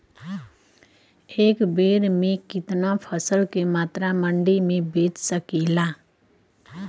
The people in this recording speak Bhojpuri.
एक बेर में कितना फसल के मात्रा मंडी में बेच सकीला?